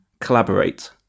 Collaborate